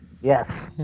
Yes